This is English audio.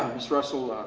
ms. russell,